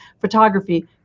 photography